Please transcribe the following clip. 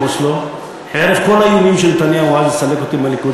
אוסלו חרף כל האיומים של נתניהו לסלק אותי מהליכוד.